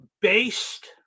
based